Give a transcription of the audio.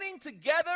together